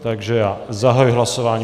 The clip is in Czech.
Takže já zahajuji hlasování.